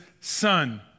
son